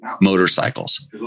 motorcycles